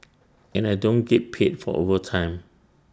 and I don't get paid for overtime